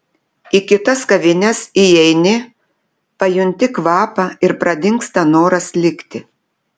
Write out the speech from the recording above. į kitas kavines įeini pajunti kvapą ir pradingsta noras likti